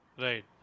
Right